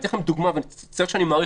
אתן לכם דוגמה אני מצטער שאני מאריך,